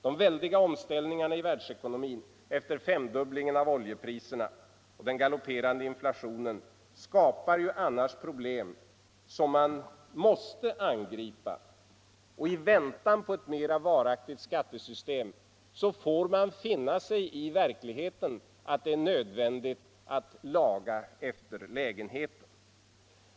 De väldiga omställningarna i världsekonomin efter femdubblingen av oljepriserna och den galopperande inflationen skapar annars problem som man måste angripa, och i väntan på ett mera varaktigt skattesystem får man finna sig i verkligheten, nämligen att det är nödvändigt att laga efter läglighet.